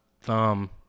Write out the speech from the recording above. thumb